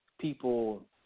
people